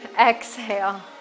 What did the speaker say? exhale